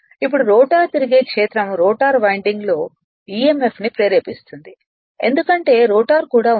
ఇప్పుడు రోటర్ తిరిగే క్షేత్రం రోటర్ వైండింగ్లో emf ని ప్రేరేపిస్తుంది ఎందుకంటే రోటర్ కూడా ఉంది